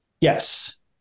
Yes